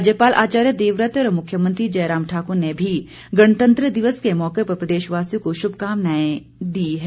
राज्यपाल आचार्य देवव्रत और मुख्यमंत्री जयराम ठाक्र ने भी गणतंत्र दिवस के मौके पर प्रदेशवासियों को शुभकामनायें दी है